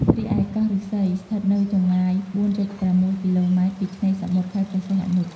រីឯកោះឫស្សីស្ថិតនៅចម្ងាយ ៤.៦ គីឡូម៉ែត្រពីឆ្នេរសមុទ្រខេត្តព្រះសីហនុ។